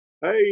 hey